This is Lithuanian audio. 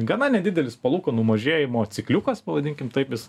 gana nedidelis palūkanų mažėjimo cikliukas pavadinkim taip jis